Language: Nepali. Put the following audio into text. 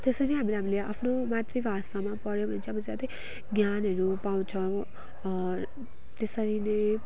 त्यसरी हामीले हामीले आफ्नो मातृ भाषामा पढ्यौँ भने चाहिँ अब ज्यादै ज्ञानहरू पाउँछौँ त्यसरी नै